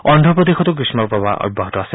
অন্ধ্ৰপ্ৰদেশতো গ্ৰীষ্মপ্ৰবাহ অব্যাহত আছে